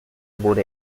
wurde